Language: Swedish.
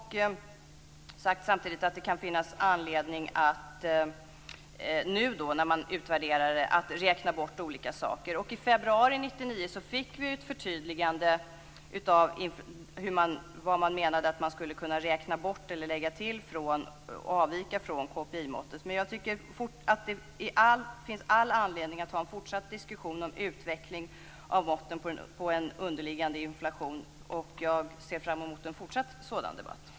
Samtidigt har man sagt att det kan finnas anledning nu när man utvärderar det att räkna bort olika saker. I februari 1999 fick vi ett förtydligande av vad man menade att man skulle kunna räkna bort eller lägga till, avvika från KPI måttet. Jag tycker att det finns all anledning att ha en fortsatt diskussion om utveckling av måtten på underliggande inflation, och jag ser fram emot en fortsatt sådan debatt.